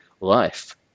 life